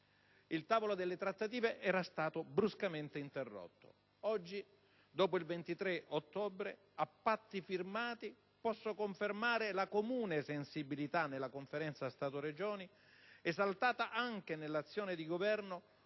Il tavolo delle trattative era stato bruscamente interrotto. Oggi, dopo il 23 ottobre, a "patti" firmati, posso confermare la comune sensibilità nella Conferenza Stato-Regioni, esaltata anche nell'azione del Governo,